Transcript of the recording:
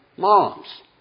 Moms